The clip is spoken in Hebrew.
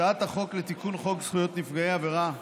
הצעת החוק לתיקון חוק זכויות נפגעי עבירה (תיקון,